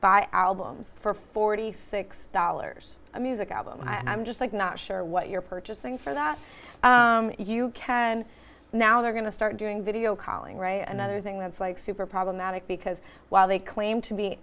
buy albums for forty six dollars a music album i'm just like not sure what you're purchasing for that you can now they're going to start doing video calling ray another thing that's like super problematic because while they claim to be